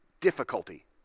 difficulty